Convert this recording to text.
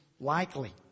Likely